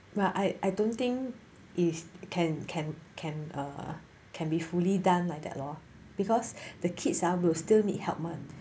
but I I don't think is can can can can be fully done like that lor because the kids ah will still need help [one]